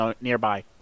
nearby